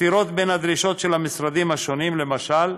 סתירות בין הדרישות של המשרדים השונים, למשל,